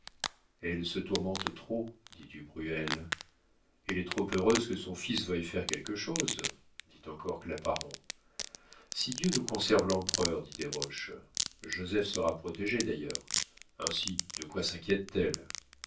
elle se tourmente trop dit du bruel elle est trop heureuse que son fils veuille faire quelque chose dit encore claparon si dieu nous conserve l'empereur dit desroches joseph sera protégé d'ailleurs ainsi de quoi sinquiète t elle